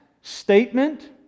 statement